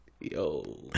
Yo